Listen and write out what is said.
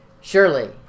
surely